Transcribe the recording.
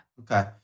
Okay